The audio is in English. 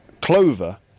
clover